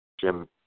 Jim